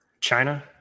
China